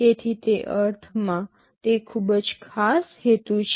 તેથી તે અર્થમાં તે ખૂબ જ ખાસ હેતુ છે